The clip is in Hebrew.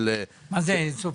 מה זה "אין סופית"?